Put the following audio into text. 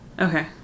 Okay